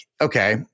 okay